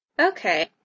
Okay